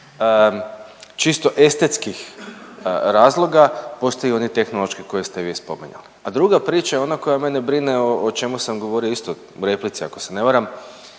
čisto estetskih razloga postoje i oni tehnološki koje ste vi spominjali. A druga priča je ona koja mene brine o čemu sam govorio isto u replici ako se ne varam